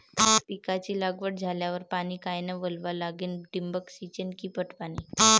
पिकाची लागवड झाल्यावर पाणी कायनं वळवा लागीन? ठिबक सिंचन की पट पाणी?